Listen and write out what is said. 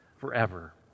forever